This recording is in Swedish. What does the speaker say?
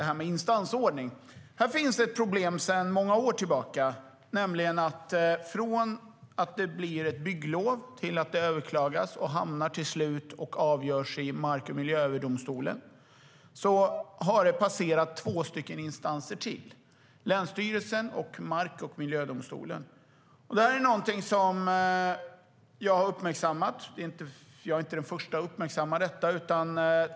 Här finns ett problem sedan många år tillbaka. Från att ett bygglov ges till att det överklagas och till slut hamnar i och avgörs av Mark och miljööverdomstolen har det passerat två instanser till, nämligen länsstyrelsen och mark och miljödomstolen. Detta är någonting som jag har uppmärksammat, men jag är inte den första att uppmärksamma detta.